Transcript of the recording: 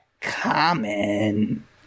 common